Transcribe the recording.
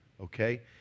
okay